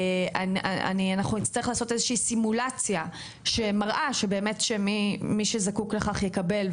אנחנו נצטרך לעשות איזושהי סימולציה שמראה שבאמת שמי שזקוק לכך יקבל,